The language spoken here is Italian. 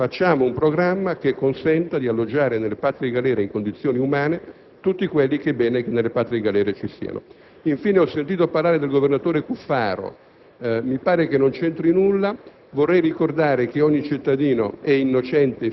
mentre c'è posto nelle carceri al massimo per 55.000-56.000 persone. Predisponiamo un programma che consenta di alloggiare nelle patrie galere, in condizioni umane, tutti quelli che è bene che nelle patrie galere stiano. Infine, ho sentito parlare del governatore Cuffaro.